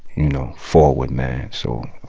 you know, forward, man, so.